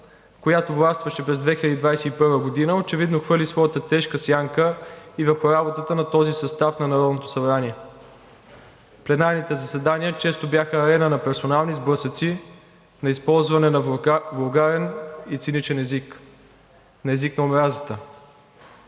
която властваше през 2021 г., очевидно хвърли своята тежка сянка и върху работата на този състав на Народното събрание. Пленарните заседания често бяха арена на персонални сблъсъци, на използване на вулгарен и циничен език, на език на омразата.